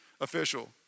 official